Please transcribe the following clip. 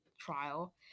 trial